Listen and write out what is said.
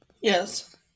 Yes